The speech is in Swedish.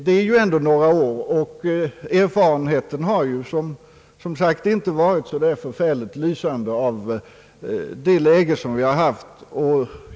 Det är ju några år som gått sedan dess, och erfarenheterna har som sagt inte varit särdeles lysande.